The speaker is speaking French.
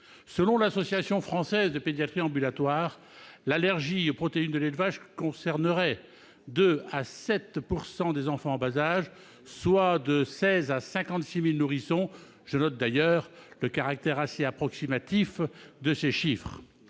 Selon l'Association française de pédiatrie ambulatoire, l'allergie aux protéines de lait de vache concernerait de 2 % à 7 % des enfants en bas âge, soit de 16 000 à 56 000 nourrissons- je relève le caractère assez approximatif de ces chiffres